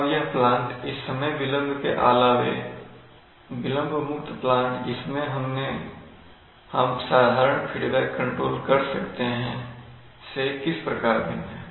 अब यह प्लांट इस समय विलंब के अलावे विलंब मुक्त प्लांट जिसमें हम साधारण फीडबैक कंट्रोल कर सकते हैं से किस प्रकार भिन्न है